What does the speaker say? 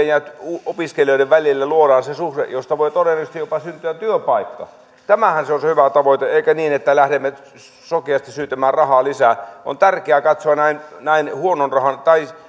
ja opiskelijoiden välille luodaan se suhde josta voi todennäköisesti jopa syntyä työpaikka tämähän on se hyvä tavoite eikä niin että lähdemme sokeasti syytämään rahaa lisää on tärkeää katsoa näin näin